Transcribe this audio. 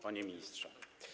Panie Ministrze!